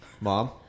Mom